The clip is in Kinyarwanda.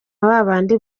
babandi